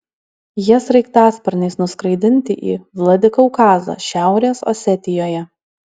jie sraigtasparniais nuskraidinti į vladikaukazą šiaurės osetijoje